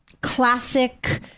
classic